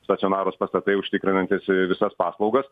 stacionarūs pastatai užtikrinantys visas paslaugas